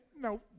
no